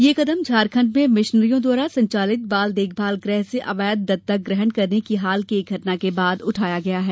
यह कदम झारखण्ड में भिशनरियों द्वारा संचालित बाल देखभाल गृह से अवैध दत्तक ग्रहण करने की हाल की एक घटना के बाद उठाया गया है